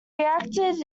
reacted